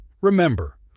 Remember